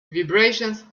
vibrations